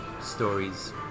stories